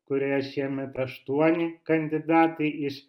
kurioje šiemet aštuoni kandidatai iš